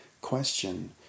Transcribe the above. question